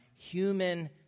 human